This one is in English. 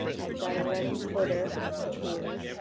i've got a running footer here